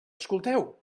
escolteu